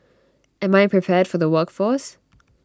am I prepared for the workforce